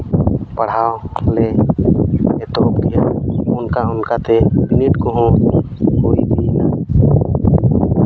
ᱯᱟᱲᱦᱟᱣ ᱞᱮ ᱮᱛᱚᱦᱚᱵ ᱠᱮᱜᱼᱟ ᱚᱱᱠᱟ ᱚᱱᱠᱟᱛᱮ ᱵᱤᱱᱤᱰ ᱠᱚᱦᱚᱸ ᱦᱩᱭ ᱤᱫᱤᱭᱮᱱᱟ